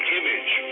image